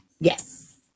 Yes